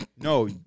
No